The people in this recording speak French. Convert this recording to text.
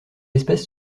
espèce